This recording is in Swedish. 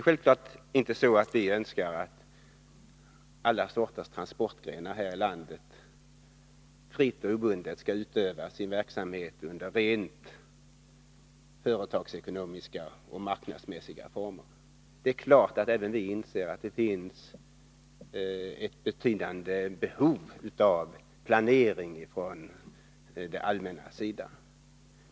Självfallet önskar vi inte att alla sorters trafikgrenar här i landet fritt och obundet skall utöva sin verksamhet i rent företagsekonomiska och marknadsekonomiska former. Det är klart att även vi inser att det finns ett betydande behov av planering ifrån det allmännas sida.